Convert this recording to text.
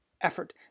effort